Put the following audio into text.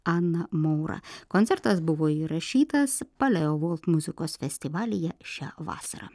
ana maura koncertas buvo įrašytas paleo volt muzikos festivalyje šią vasarą